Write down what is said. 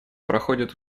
проходит